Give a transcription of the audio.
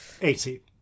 Eighty